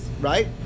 right